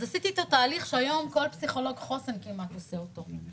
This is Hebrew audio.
אז עשיתי איתו תהליך שהיום כל פסיכולוג חוסן כמעט עושה אותו.